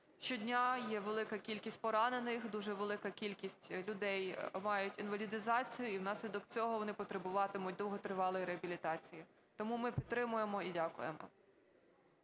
щодня є велика кількість поранених, дуже велика кількість людей мають інвалідизацію, і внаслідок цього вони потребуватимуть довготривалої реабілітації. Тому ми підтримуємо і дякуємо.